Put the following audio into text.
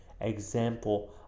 example